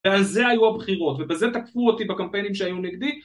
אז זה היו הבחירות, ובזה תקפו אותי בקמפיינים שהיו נגדי.